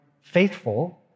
faithful